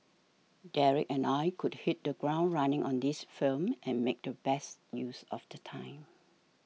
Derek and I could hit the ground running on this film and make the best use of the time